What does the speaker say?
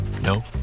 No